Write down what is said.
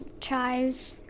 chives